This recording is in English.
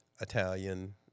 Italian